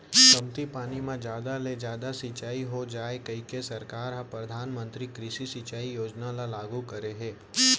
कमती पानी म जादा ले जादा सिंचई हो जाए कहिके सरकार ह परधानमंतरी कृषि सिंचई योजना ल लागू करे हे